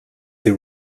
they